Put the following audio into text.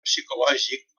psicològic